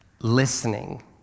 listening